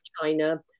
China